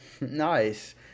Nice